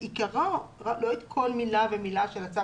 לא כל מילה ומילה של הצו,